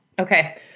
Okay